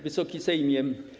Wysoki Sejmie!